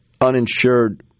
uninsured